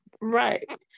Right